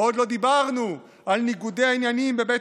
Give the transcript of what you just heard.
ועוד לא דיברנו על ניגודי העניינים בבית